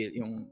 yung